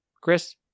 Chris